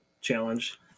challenge